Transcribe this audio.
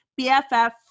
BFF